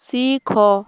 ଶିଖ